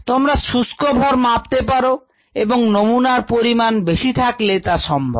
তোমরা শুষ্ক ভর মাপতে পারো এবং নমুনার পরিমাণ বেশি থাকলে তা সম্ভব